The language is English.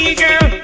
girl